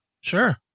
sure